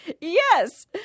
yes